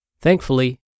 Thankfully